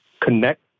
connect